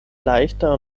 leichter